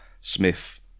Smith